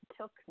took